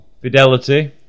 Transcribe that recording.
fidelity